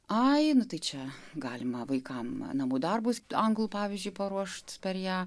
ai nu tai čia galima vaikams namų darbus anglų pavyzdžiui paruošti per ją